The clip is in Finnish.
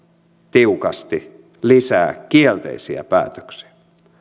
tiukasti lisää kielteisiä päätöksiä